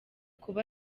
kuba